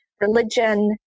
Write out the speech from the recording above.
religion